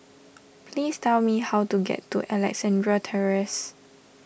please tell me how to get to Alexandra Terrace